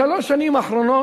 בשלוש השנים האחרונות